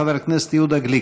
חבר הכנסת יהודה גליק.